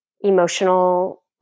emotional